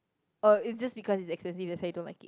oh it's just because it's expensive that's why you don't like it